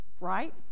right